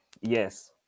yes